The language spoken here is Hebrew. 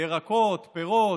ירקות, פירות,